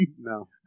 No